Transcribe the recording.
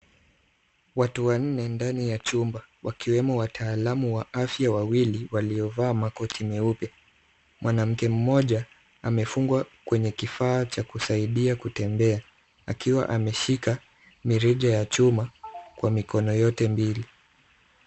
Watu wanne ndani ya chumba wakiwemo wataalamu wa afya wawili waliovaa makoti nyeupe. Mwanamke mmoja amefungwa kwenye kifaa cha kusaidia kutembea akiwa ameshika mirija ya chuma kwa mikono yote mbili.